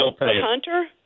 hunter